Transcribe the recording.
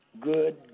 good